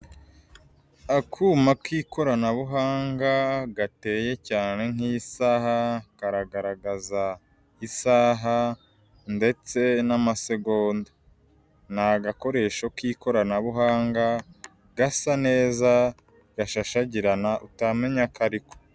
Akuma k'ikoranabuhanga gateye cyane nk'isaha, karagaragaza isaha ndetse n'amasegonda, ni agakoresho k'ikoranabuhanga, gasa neza, gashashagirana, utamenya ko ariko.